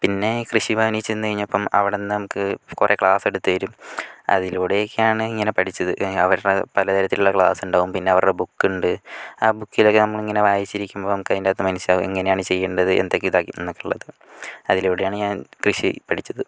പിന്നെ കൃഷി ഭവനിൽ ചെന്ന് കഴിഞ്ഞപ്പം അവിടുന്ന് നമുക്ക് കുറെ ക്ലാസ്സ് എടുത്തു തരും അതിലൂടെയൊക്കെയാണ് ഇങ്ങനെ പഠിച്ചത് അവരുടെ പലതരത്തിലുള്ള ക്ലാസ്സ് ഉണ്ടാകും പിന്നെ അവരുടെ ബുക്ക് ഉണ്ട് ആ ബുക്കിലൊക്കെ നമ്മൾ ഇങ്ങനെ വായിച്ചിരിക്കും നമുക്കതിൻ്റെ അകത്ത് മനസ്സിലാകും എങ്ങനെയാണ് ചെയ്യേണ്ടത് എന്തൊക്കെയാണ് ഇതാക്കിന്നുള്ളത് അതിലൂടെയാണ് ഞാൻ കൃഷി പഠിച്ചത്